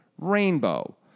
rainbow